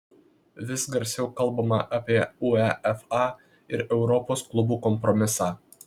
vis garsiau kalbama apie uefa ir europos klubų kompromisą